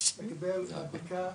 לקבל מדבקה